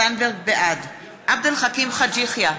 בעד עבד אל חכים חאג' יחיא,